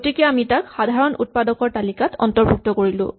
গতিকে আমি তাক সাধাৰণ উৎপাদকৰ তালিকাত অৰ্ন্তভুক্ত কৰিলো